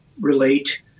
relate